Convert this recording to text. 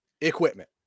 Equipment